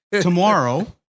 tomorrow